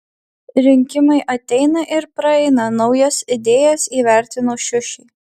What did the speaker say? rinkimai ateina ir praeina naujas idėjas įvertino šiušė